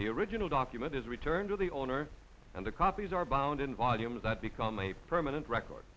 the original document is returned to the owner and the copies are bound in volumes that become a permanent record